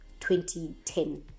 2010